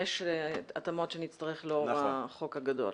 אם יש התאמות שנצטרך לאור החוק הגדול.